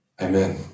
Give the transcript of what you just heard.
Amen